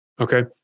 Okay